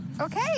Okay